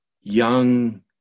young